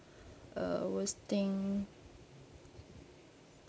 uh worst thing